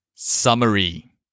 Summary